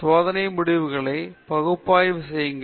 சோதனை முடிவுகளைப் பகுப்பாய்வு செய்யுங்கள்